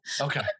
Okay